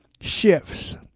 shifts